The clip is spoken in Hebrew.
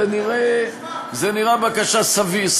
זה נראה בקשה סבירה,